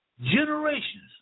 generations